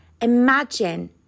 imagine